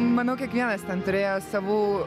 manau kiekvienas ten turėjo savų